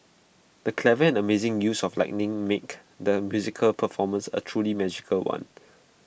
the clever and amazing use of lighting make the musical performance A truly magical one